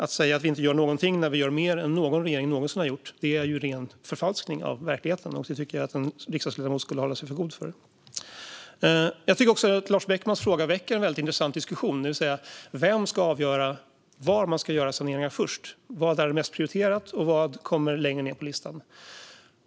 Att säga att vi inte gör någonting när vi gör mer än någon regering någonsin har gjort är ju ren förfalskning av verkligheten, och det tycker jag att en riksdagsledamot ska hålla sig för god för. Jag tycker också att Lars Beckmans fråga väcker en intressant diskussion: Vem ska avgöra var man ska göra saneringar först? Vad är mest prioriterat, och vad kommer längre ned på listan?